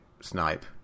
Snipe